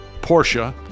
Porsche